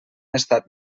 estat